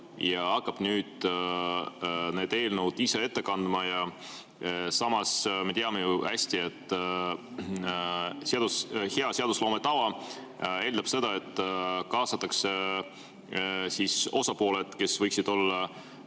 ja hakkab nüüd neid eelnõusid ise ette kandma. Samas me teame ju hästi, et hea seadusloome tava eeldab seda, et kaasatakse osapooled, kes võiksid olla